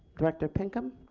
director pinkham.